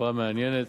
תופעה מעניינת.